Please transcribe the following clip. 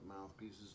mouthpieces